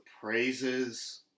praises